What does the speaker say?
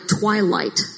twilight